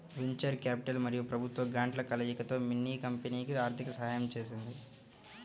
venture capital మరియు ప్రభుత్వ గ్రాంట్ల కలయికతో మిన్నీ కంపెనీకి ఆర్థిక సహాయం చేసింది